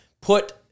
put